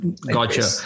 Gotcha